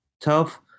Tough